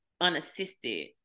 unassisted